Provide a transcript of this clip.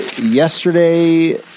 Yesterday